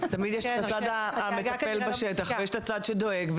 תמיד יש הצד המטפל בשטח ויש הצד שדואג,